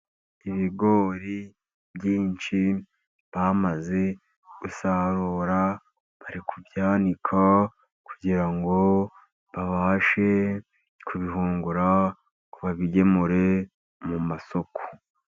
Ibigori byinshi bamaze gusarura. Bari kubyanika kugira ngo babashe kubihungura, ngo babigemure mu masoko.